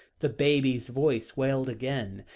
the baby voice wailed again,